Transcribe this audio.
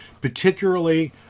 particularly